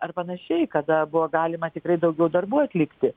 ar panašiai kada buvo galima tikrai daugiau darbų atlikti